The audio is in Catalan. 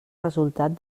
resultat